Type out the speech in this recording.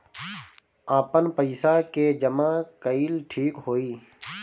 आपन पईसा के जमा कईल ठीक होई?